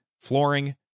flooring